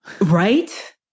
Right